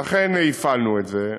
לכן הפעלנו את זה.